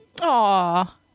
Aw